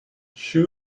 shoe